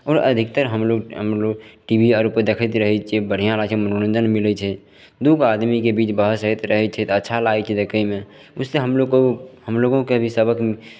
ओना अधिकतर हमलोग हमलोग टी वी आरपर देखैत रहय छियै बढ़िआँ लागय छै मनोरञ्जन मिलय छै दूगो आदमीके बीच बहस होइत रहय छै तऽ अच्छा लागय छै देखयमे उससे हमलोग को हम लोगोंके भी सबक